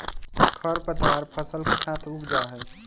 खर पतवार फसल के साथ उग जा हई